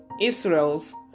Israel's